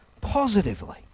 positively